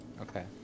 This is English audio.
Okay